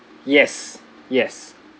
yes yes